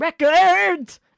records